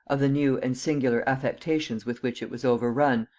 of the new and singular affectations with which it was overrun,